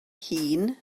hŷn